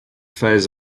phase